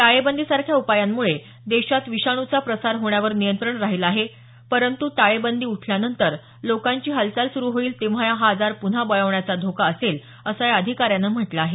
टाळेबंदीसारख्या उपायांमुळे देशात विषाणूचा प्रसार होण्यावर नियंत्रण राहिलं आहे परंतू टाळेबंदी उठल्यानंतर लोकांची हालचाल सुरू होईल तेंव्हा हा आजार पुन्हा बळावण्याचा धोका असेल असं या अधिकाऱ्यांनी म्हटल आहे